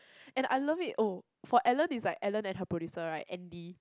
and I love it oh for Ellen it's like Ellen and her producer right Andy